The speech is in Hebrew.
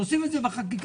תוסיף את זה בחקיקה,